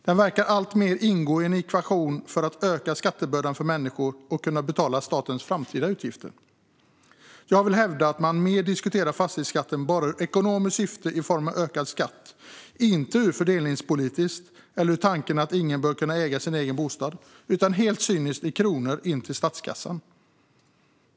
Den verkar alltmer ingå i en ekvation för att öka skattebördan för människor och kunna betala statens framtida utgifter. Jag vill hävda att man mer diskuterar fastighetsskatten bara i ekonomiskt syfte i form av ökad skatt, inte i fördelningspolitiskt syfte eller utifrån tanken att ingen bör kunna äga sin egen bostad, utan helt cyniskt i kronor in till statskassan.